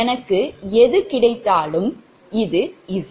எனக்கு எது கிடைத்தாலும் இது Z